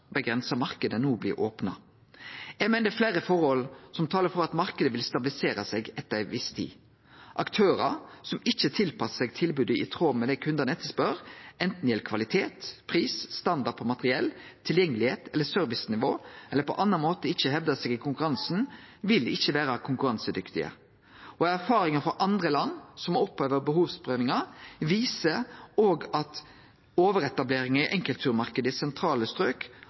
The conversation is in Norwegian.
fleire forhold som taler for at marknaden vil stabilisere seg etter ei viss tid. Aktørar som ikkje tilpassar seg tilbodet i tråd med det kundane etterspør, anten det gjeld kvalitet, pris, standard på materiell, tilgjengelegheit eller servicenivå, eller som på annan måte ikkje hevdar seg i konkurransen, vil ikkje vere konkurransedyktige. Erfaringar frå andre land som har oppheva behovsprøvinga, viser òg at overetablering i enkeltturmarknaden i sentrale strøk